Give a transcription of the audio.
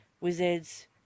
wizards